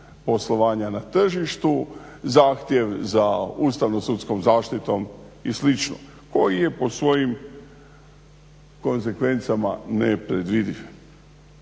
poslovanja na tržištu, zahtjev za ustavno-sudskom zaštitom i slično koji je po svojim konsekvencama nepredvidiv.